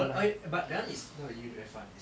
uh !oi! but that [one] is no really very fun is